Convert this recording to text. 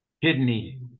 kidney